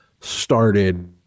started